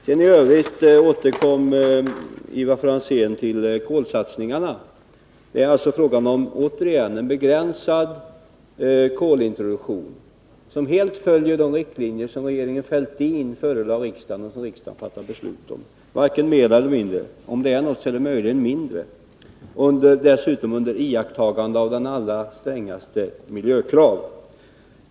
Ivar Franzén återkom till kolsatsningarna. Det är återigen fråga om en begränsad kolintroduktion, som helt följer de riktlinjer som regeringen Fälldin förelade riksdagen och som riksdagen fattade beslut om, varken mer eller mindre — möjligen något mindre. Dessutom skall de allra strängaste miljökrav iakttas.